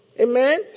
Amen